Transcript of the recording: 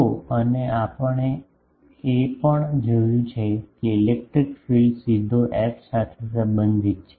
તો અને આપણે એ પણ જોયું છે કે ઇલેક્ટ્રિક ફીલ્ડ સીધો એફ સાથે સંબંધિત છે